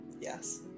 Yes